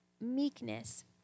Meekness